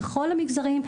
בכל המגזרים.